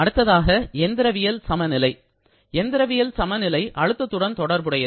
அடுத்ததாக எந்திரவியல் சமநிலை எந்திரவியல் சமநிலை அழுத்தத்துடன் தொடர்புடையது